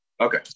Okay